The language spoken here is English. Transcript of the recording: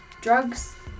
Drugs